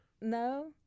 No